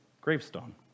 gravestone